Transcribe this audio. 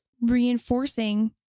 reinforcing